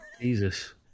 Jesus